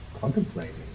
contemplating